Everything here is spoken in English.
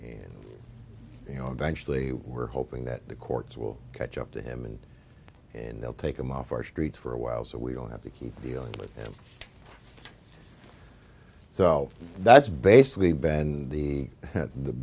and you know eventually we're hoping that the courts will catch up to him and in they'll take him off our streets for a while so we don't have to keep dealing with him so that's basically ben the the